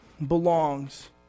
Belongs